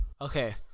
Okay